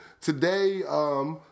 today